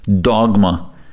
dogma